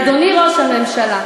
אדוני ראש הממשלה,